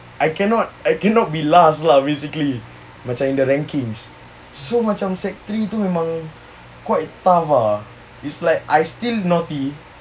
I cannot I cannot be last lah basically macam in the rankings so macam sec three tu memang quite tough lah is like I'm still naughty